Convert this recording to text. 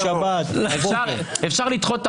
שבת --- השיח דוחה חג.